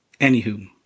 Anywho